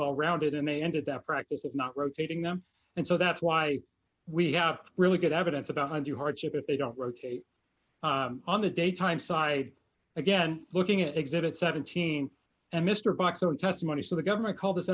well rounded and they ended that practice of not rotating them and so that's why we have really good evidence about the new hardship if they don't rotate on the daytime side again looking at exhibit seventeen and mr buckstone testimony so the government called this